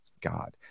God